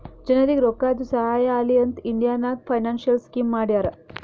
ಜನರಿಗ್ ರೋಕ್ಕಾದು ಸಹಾಯ ಆಲಿ ಅಂತ್ ಇಂಡಿಯಾ ನಾಗ್ ಫೈನಾನ್ಸಿಯಲ್ ಸ್ಕೀಮ್ ಮಾಡ್ಯಾರ